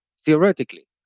theoretically